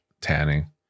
tanning